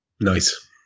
Nice